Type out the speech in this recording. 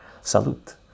Salute